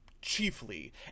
chiefly